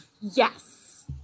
Yes